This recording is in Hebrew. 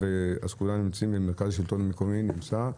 המרכז השלטון המקומי נמצא.